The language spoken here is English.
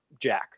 jack